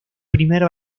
primer